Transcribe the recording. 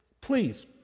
Please